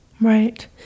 Right